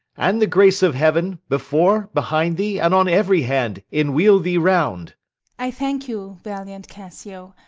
and the grace of heaven, before, behind thee, and on every hand, enwheel thee round i thank you, valiant cassio.